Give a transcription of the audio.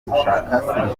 gushaka